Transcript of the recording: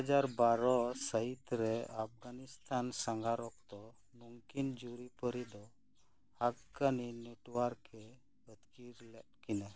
ᱫᱩ ᱦᱟᱡᱟᱨ ᱵᱟᱨᱚ ᱥᱟ ᱦᱤᱛ ᱨᱮ ᱟᱯᱜᱟᱱᱤᱥᱛᱟᱱ ᱥᱟᱸᱜᱟᱨ ᱚᱠᱛᱚ ᱩᱱᱠᱤᱱ ᱡᱩᱨᱤᱯᱟ ᱨᱤ ᱫᱚ ᱟᱯᱜᱟᱱᱤ ᱱᱮᱴᱣᱟᱨᱠ ᱮ ᱟ ᱛᱠᱤᱨ ᱞᱮᱫ ᱠᱤᱱᱟ